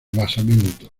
basamento